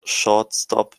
shortstop